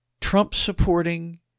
Trump-supporting